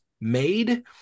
made